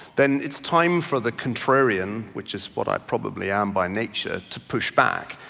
then it's time for the contrarian, which is what i probably am by nature, to push back,